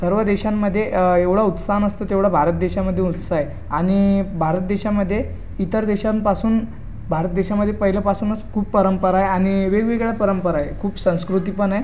सर्व देशांमध्ये एवढा उत्साह नसतो तेवढा भारत देशामध्ये उत्साह आहे आणि भारत देशामध्ये इतर देशांपासून भारत देशामध्ये पहिल्यापासूनच खूप परंपरा आहे आणि वेगवेगळ्या परंपरा आहे खूप संस्कृती पण आहे